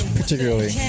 particularly